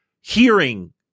hearing